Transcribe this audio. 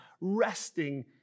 resting